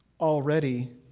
Already